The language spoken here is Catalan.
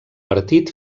partit